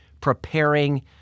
preparing